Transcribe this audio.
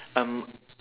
um